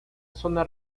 zona